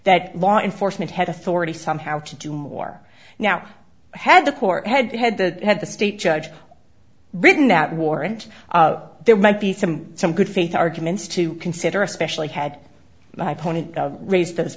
that law enforcement had authority somehow to do more now had the court had had the had the state judge written that warrant there might be some some good faith arguments to consider especially had my point raised